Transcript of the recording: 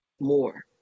more